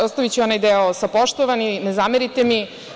Izostaviću onaj deo sa poštovani, ne zamerite mi.